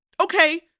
okay